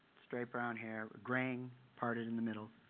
straight brown hair, graying, parted in the middle,